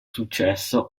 successo